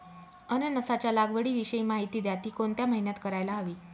अननसाच्या लागवडीविषयी माहिती द्या, ति कोणत्या महिन्यात करायला हवी?